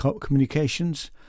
Communications